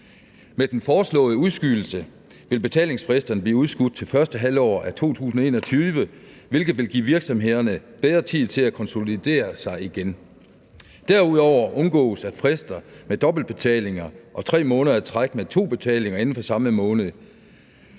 Med den foreslåede udskydelse vil betalingsfristerne blive udskudt til første halvår af 2021, hvilket vil give virksomhederne bedre tid til at konsolidere sig igen. Derudover undgås frister med dobbeltbetalinger og 3 måneder i træk med to betalinger inden for samme måned.